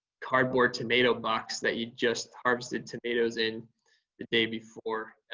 cardboard tomato box that you just harvested tomatoes in the day before.